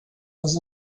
was